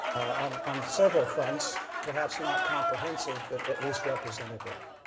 on on several fronts, perhaps not comprehensive, but at least representative.